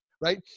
right